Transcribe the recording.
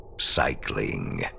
cycling